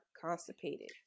constipated